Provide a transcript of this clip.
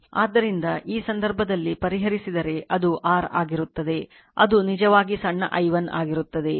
ಆದ್ದರಿಂದ ಈ ಸಂದರ್ಭದಲ್ಲಿ ಪರಿಹರಿಸಿದರೆ ಅದು r ಆಗಿರುತ್ತದೆ ಅದು ನಿಜವಾಗಿ ಸಣ್ಣ i1 ಆಗಿರುತ್ತದೆ